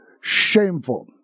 shameful